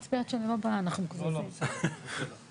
כשבני האמצעי אמר לי: